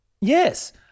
Yes